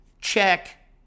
check